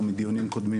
או מדיונים קודמים,